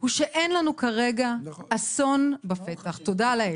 הוא שאין לנו כרגע אסון בפתח, תודה לאל.